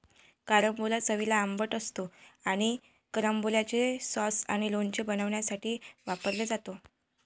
carambola चवीला आंबट असतो आणि कॅरंबोलाचे सॉस आणि लोणचे बनवण्यासाठी वापरला जातो